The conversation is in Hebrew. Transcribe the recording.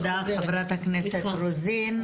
תודה, חברת הכנסת רוזין.